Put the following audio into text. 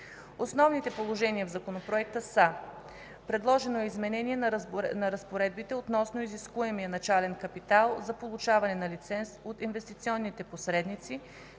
Основните положения в Законопроекта са: 1. Предложено е изменение на разпоредбите относно изискуемия начален капитал за получаване на лиценз от инвестиционните посредници